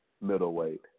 middleweight